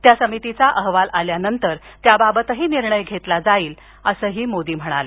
त्या समितीचा अहवाल आल्यावर त्याचाही निर्णय घेतला जाईल असं मोदी म्हणाले